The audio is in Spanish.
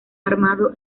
armado